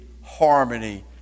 harmony